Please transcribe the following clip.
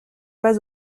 pas